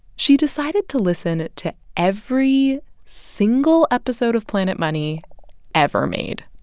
she decided to listen to every single episode of planet money ever made.